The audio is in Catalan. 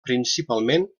principalment